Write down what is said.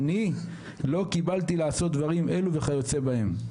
אני לא קיבלתי לעשות דברים אלה וכיוצא בהם.